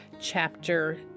chapter